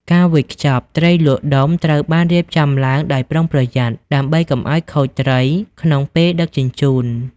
ការវេចខ្ចប់ ត្រីលក់ដុំត្រូវបានរៀបចំឡើងដោយប្រុងប្រយ័ត្នដើម្បីកុំឱ្យខូចត្រីក្នុងពេលដឹកជញ្ជូន។